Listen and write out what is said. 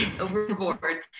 overboard